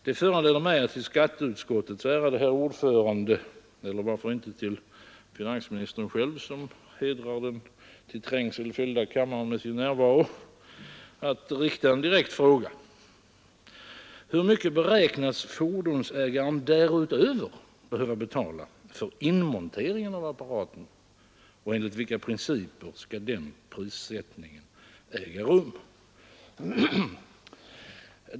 Detta föranleder mig att till statsutskottets ärade ordförande — eller varför inte till finansministern själv, som hedrar den till trängseln fyllda kammaren med sin närvaro — rikta en direkt fråga: Hur mycket beräknas fordonsägaren därutöver behöva betala för inmonteringen av apparaterna och enligt vilka principer skall den prissättningen äga rum?